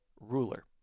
ruler